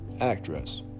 actress